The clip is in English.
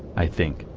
i think,